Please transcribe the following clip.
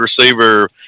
receiver